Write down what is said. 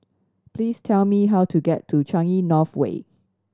please tell me how to get to Changi North Way